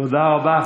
תודה רבה.